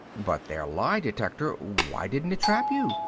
but their lie detector why didn't it trap you?